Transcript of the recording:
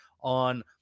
on